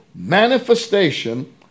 manifestation